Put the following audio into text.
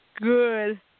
Good